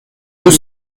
deux